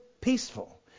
peaceful